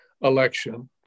election